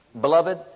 Beloved